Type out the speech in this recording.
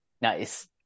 nice